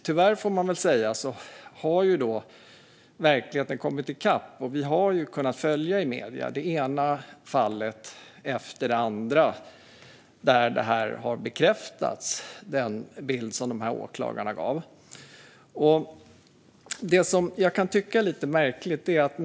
Tyvärr, får man väl säga, har verkligheten kommit ikapp. Vi har ju i medierna kunnat följa det ena fallet efter det andra där den bild som åklagarna gav har bekräftats.